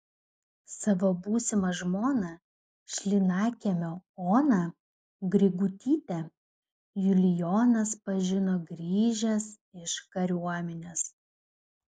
savo būsimą žmoną šlynakiemio oną grigutytę julijonas pažino grįžęs iš kariuomenės